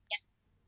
Yes